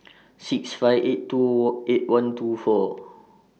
six five eight two Walk eight one two four